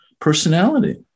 personality